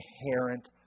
inherent